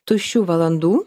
tuščių valandų